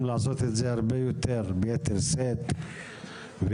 לעשות את זה הרבה יותר ביתר שאת ובעקביות,